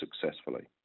successfully